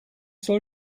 soll